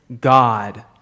God